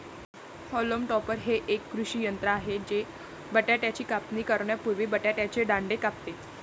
haulm topper हे एक कृषी यंत्र आहे जे बटाट्याची कापणी करण्यापूर्वी बटाट्याचे दांडे कापते